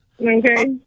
Okay